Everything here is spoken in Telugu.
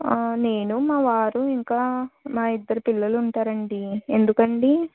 నేను మా వారు ఇంకా మా ఇద్దరు పిల్లలు ఉంటారండి ఎందుకండి